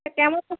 কেমন আছিস